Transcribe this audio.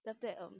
then after that